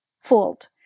fooled